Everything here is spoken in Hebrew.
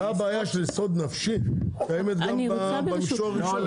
אותה בעיה של יסוד נפשי קיימת גם במישור הראשון.